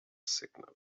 signal